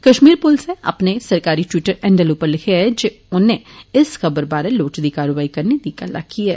कश्मीर पुलसै अपने सरकारी ट्वीटर हैंडल उप्पर लिखेआ ऐ जे औने इस खबर बारै लोड़चदी कार्रवाई करने दी गल्ल आक्खी ऐ